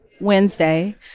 Wednesday